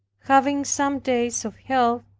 having some days of health,